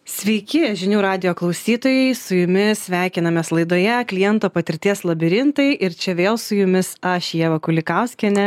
sveiki žinių radijo klausytojai su jumis sveikinamės laidoje kliento patirties labirintai ir čia vėl su jumis aš ieva kulikauskienė